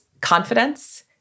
confidence